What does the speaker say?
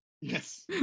Yes